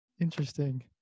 Interesting